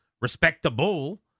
respectable